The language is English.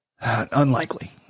Unlikely